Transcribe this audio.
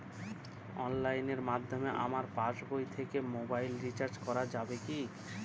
অনলাইনের মাধ্যমে আমার পাসবই থেকে মোবাইল রিচার্জ করা যাবে কি?